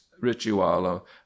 ritual